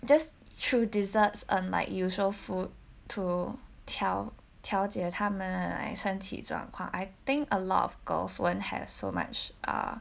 just through desserts and like usual food to tell 调调节他们身体状况 I think a lot of girls won't have so much uh